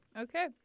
Okay